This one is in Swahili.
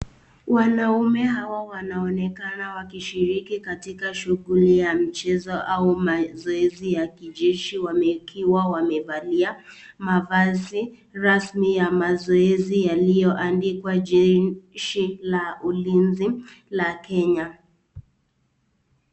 Wanaume Hawa wanaonekana wakishiriki mchezo au mazoezi ya kijeshi au wakiwa wamevalia mavazi rasmi ya mazoezi yaliyoandikwa jeshi la ulinzi la kenya.